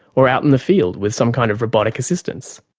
or out in the field with some kind of robotic assistance.